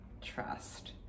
Trust